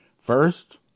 First